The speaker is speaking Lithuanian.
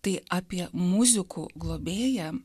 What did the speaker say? tai apie muzikų globėją